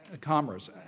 Commerce